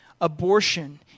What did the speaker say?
Abortion